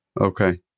Okay